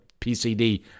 PCD